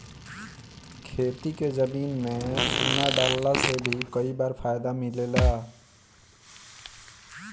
खेती के जमीन में चूना डालला से भी कई बार फायदा मिलेला